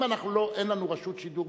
אם אין לנו רשות שידור,